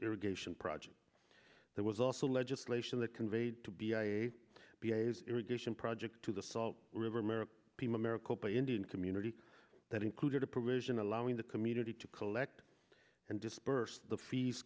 irrigation project there was also legislation that conveyed to be a b s irrigation project to the salt river merit americal by indian community that included a provision allowing the community to collect and disperse the fees